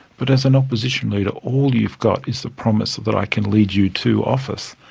but as an opposition leader, all you've got is the promise that i can lead you to office.